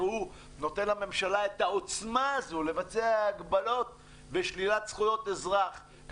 שנותן לממשלה את העוצמה הזו לבצע הגבלות ושלילת זכויות אזרח,